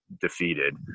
defeated